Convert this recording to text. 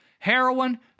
Heroin